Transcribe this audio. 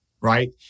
Right